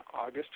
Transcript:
August